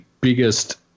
biggest